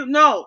no